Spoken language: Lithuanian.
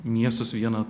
miestus vieną